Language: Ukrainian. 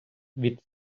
від